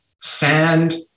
sand